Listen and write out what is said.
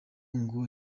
ngo